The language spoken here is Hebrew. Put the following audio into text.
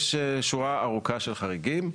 יש שורה ארוכה של חריגים.